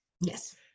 yes